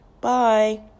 Bye